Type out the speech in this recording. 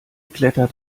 klettert